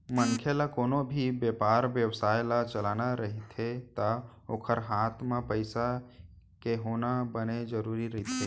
मनखे ल कोनो भी बेपार बेवसाय ल चलाना रहिथे ता ओखर हात म पइसा के होना बने जरुरी रहिथे